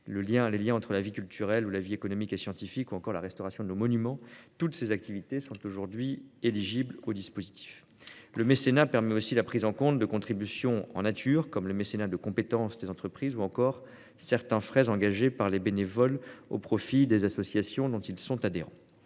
les liens entre la vie culturelle et la vie économique ou scientifique ou encore la restauration des monuments : toutes ces activités sont aujourd'hui éligibles au dispositif d'exonération fiscale. Le mécénat permet aussi la prise en compte de contributions en nature, comme le mécénat de compétences des entreprises ou encore certains frais engagés par les bénévoles au profit des associations dont ils sont adhérents.